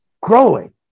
growing